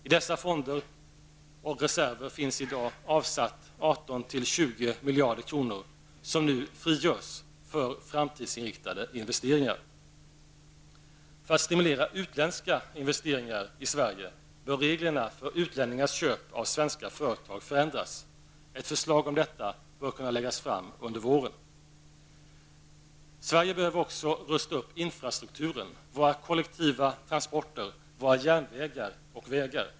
I dessa fonder och reserver finns i dag 18--20 miljarder kronor avsatta, som nu frigörs för framtidsinriktade investeringar. För att stimulera utländska investeringar i Sverige bör reglerna för utlänningars köp av svenska företag ändras. Ett förslag om detta bör kunna läggas fram under våren. Sverige behöver också rusta upp infrastrukturen, våra kollektiva transporter, våra järnvägar och vägar.